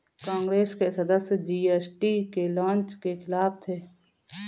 कांग्रेस के सदस्य जी.एस.टी के लॉन्च के खिलाफ थे